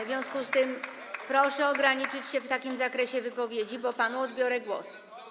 W związku z tym proszę ograniczyć się w takim zakresie wypowiedzi, bo odbiorę panu głos.